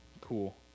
Cool